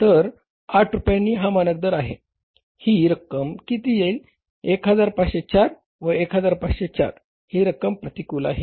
तर 8 रुपयांनी हा मानक दर आहे ही रक्कम किती येईल 1504 व 1504 ही रक्कम प्रतिकूल आहे